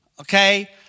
Okay